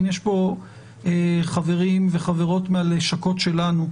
אם יש פה חברים וחברות מהלשכות שלנו,